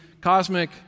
cosmic